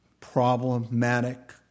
problematic